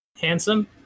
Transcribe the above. Handsome